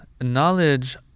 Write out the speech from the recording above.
Knowledge